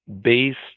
based